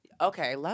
okay